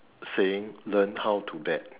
saying learn how to bet